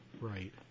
right